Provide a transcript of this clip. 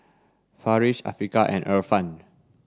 Farish Afiqah and Irfan